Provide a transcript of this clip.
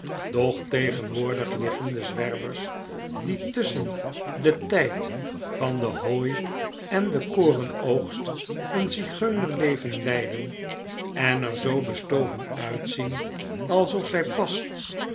tegenwoordig liggen de zwervers die tusschen den tfld van dep hooi en den korenoogst een zigeunerleven leiden en er zoo bestoven uitzien alsof zjjj pas